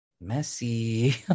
messy